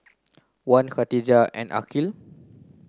Wan Katijah and Aqil